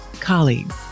colleagues